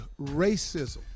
racism